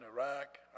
Iraq